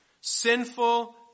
sinful